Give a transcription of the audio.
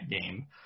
game